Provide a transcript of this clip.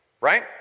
right